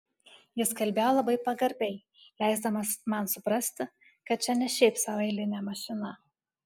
jis kalbėjo labai pagarbiai leisdamas man suprasti kad čia ne šiaip sau eilinė mašina